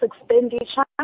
expenditure